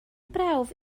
brawf